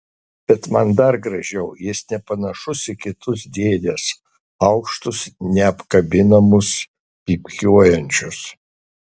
bet man dar gražiau jis nepanašus į kitus dėdes aukštus neapkabinamus pypkiuojančius